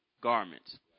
Garments